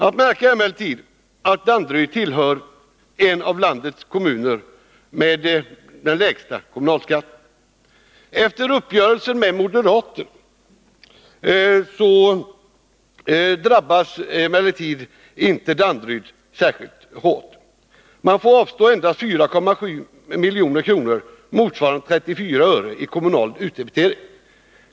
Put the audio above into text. Att märka är att Danderyd hör till de av landets kommuner som har den lägsta kommunalskatten. Efter uppgörelsen med moderater drabbas emellertid inte Danderyd särskilt hårt. Man får avstå endast 4,7 milj.kr., motsvarande 34 öre i kommunal utdebitering.